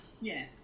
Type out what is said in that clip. Yes